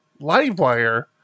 LiveWire